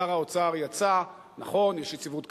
שר האוצר יצא, נכון, יש יציבות כלכלית,